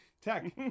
tech